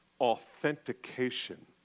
authentication